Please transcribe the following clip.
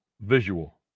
visual